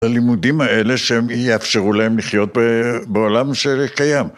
הלימודים האלה שהם יאפשרו להם לחיות בעולם שקיים